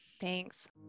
Thanks